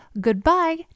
goodbye